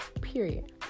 Period